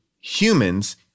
humans